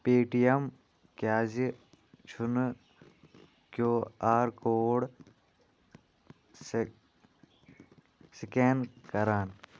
پے T M کیٛازِ چھُنہٕ Q R code سہِ سکین کران